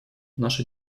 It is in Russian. наша